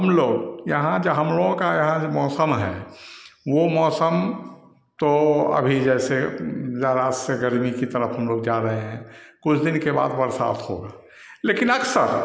हमलोग यहाँ जो हमलोगों का यहाँ जो मौसम है वह मौसम तो अभी जैसे जाड़ा से गर्मी की तरफ हमलोग जा रहे हैं कुछ दिन के बाद बरसात होगी लेकिन अक्सर